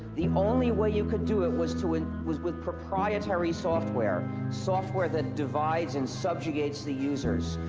the only way you could do it was to, and was with proprietary software, software that divides and subjugates the users.